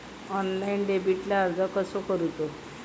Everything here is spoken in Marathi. ऑनलाइन डेबिटला अर्ज कसो करूचो?